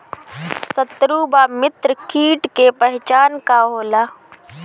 सत्रु व मित्र कीट के पहचान का होला?